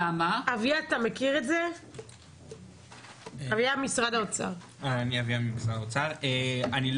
אביה, נציג משרד האוצר, האם אתה מכיר את זה?